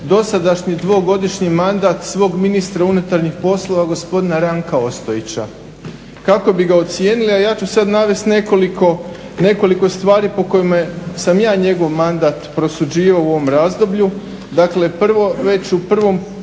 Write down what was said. dosadašnji dvogodišnji mandat svog ministra unutarnjih poslova gospodina Ranka Ostojića? Kako bi ga ocijenili, a ja ću sada navesti nekoliko stvari po kojima sam ja njegov mandat prosuđivao u ovom razdoblju. Dakle, prvo,